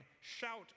Shout